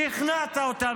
שכנעת אותם,